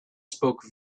spoke